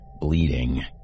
bleeding